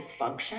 dysfunction